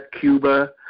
Cuba